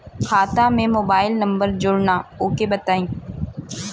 खाता में mobile number जोड़ना ओके बताई?